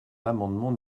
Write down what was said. l’amendement